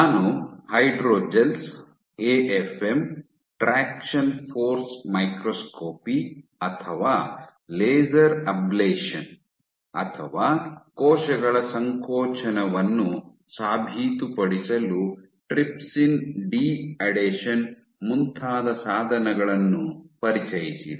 ನಾನು hydrogels AFM traction force microscopy ಅಥವಾ laser ablation ಅಥವಾ ಕೋಶಗಳ ಸಂಕೋಚನವನ್ನು ಸಾಬೀತುಪಡಿಸಲು ಟ್ರಿಪ್ಸಿನ್ ಡಿಅಡೆಷನ್ ಮುಂತಾದ ಸಾಧನಗಳನ್ನು ಪರಿಚಯಿಸಿದೆ